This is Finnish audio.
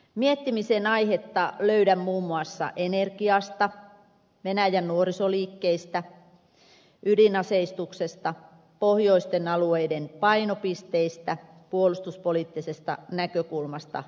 miettimisen aihetta löydän muun muassa energiasta venäjän nuorisoliikkeistä ydinaseistuksesta pohjoisten alueiden painopisteistä puolustuspoliittisesta näkökulmasta katsottuna